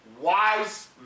wise